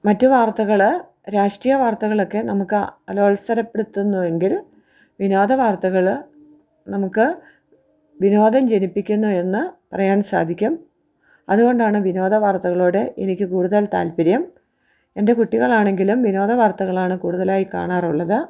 മറ്റു വാർത്തകൾ രാഷ്ട്രീയ വാർത്തകളൊക്കെ നമുക്ക് അലോസരപ്പെടുത്തുന്നു എങ്കിൽ വിനോദ വാർത്തകൾ നമുക്ക് വിനോദം ജനിപ്പിക്കുന്നു എന്നു പറയാൻ സാധിക്കും അതുകൊണ്ടാണ് വിനോദ വാർത്തകളോട് എനിക്ക് കൂടുതൽ താൽപര്യം എൻ്റെ കുട്ടികളാണെങ്കിലും വിനോദ വാർത്തകളാണ് കൂടുതലായി കാണാറുള്ളത്